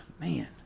man